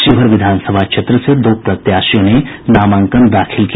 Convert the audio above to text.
शिवहर विधानसभा क्षेत्र से दो प्रत्याशियों ने नामांकन दाखिल किया